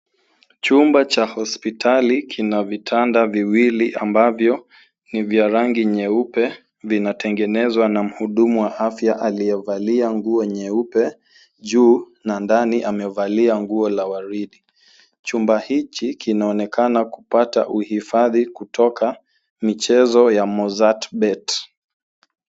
Chumba cha hospitali kina vitanda viwili ambayo ni vya rangi nyeupe vinatengenezwa na mhudumu wa afya aliyevalia nguo nyeupe juu na ndani amevalia nguo la waridi. Chumba hichi kinaonekana kupata uhifadhi kutoka michezo ya Mozzartbet.